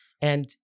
And-